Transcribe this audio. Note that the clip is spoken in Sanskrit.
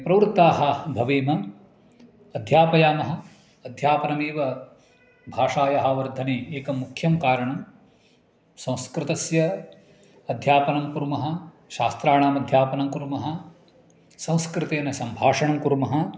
प्रवृत्ताः भवेम अध्यापयामः अध्यापनमेव भाषायाः वर्धने एकं मुख्यं कारणं संस्कृतस्य अध्यापनं कुर्मः शास्त्राणाम् अध्यापनं कुर्मः संस्कृतेन सम्भाषणं कुर्मः